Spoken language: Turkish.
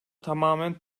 tamamen